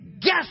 Guess